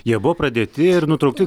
jie buvo pradėti ir nutraukti